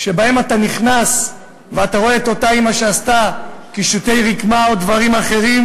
שאתה נכנס אליהן ואתה רואה את אימא שעשתה קישוטי רקמה או דברים אחרים,